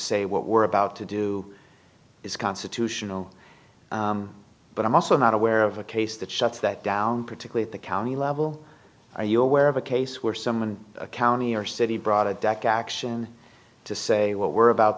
say what we're about to do is constitutional but i'm also not aware of a case that shuts that down particular at the county level are you aware of a case where someone a county or city brought it back action to say what we're about